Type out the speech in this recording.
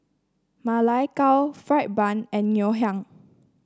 Ma Lai Gao fry bun and Ngoh Hiang